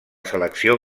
selecció